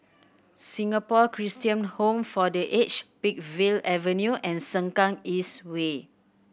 Singapore Christian Home for The Aged Peakville Avenue and Sengkang East Way